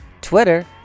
Twitter